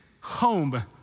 home